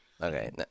Okay